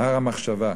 הר המחשבה,